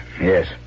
Yes